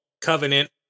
covenant